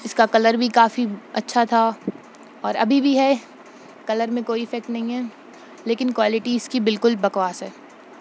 اس کا کلر بھی کافی اچھا تھا اور ابھی بھی ہے کلر میں کوئی افیکٹ نہیں ہے لیکن کوالیٹی اس کی بالکل بکواس ہے